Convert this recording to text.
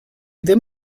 ddim